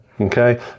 Okay